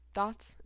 Thoughts